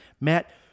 Matt